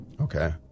Okay